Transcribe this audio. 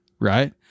Right